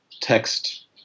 text